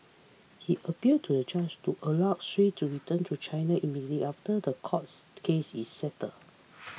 he appealed to the judge to allow Sui to return to China immediately after the courts case is settled